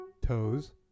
toes